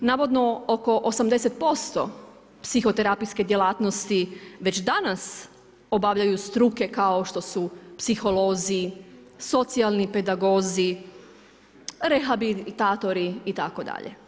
Navodno oko 80% psihoterapijske djelatnosti već danas obavljaju struke kao što su psiholozi, socijalni pedagozi, rehabilitatori itd.